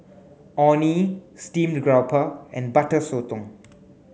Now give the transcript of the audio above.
Orh Nee steamed grouper and butter sotong